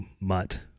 mutt